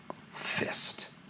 fist